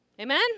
Amen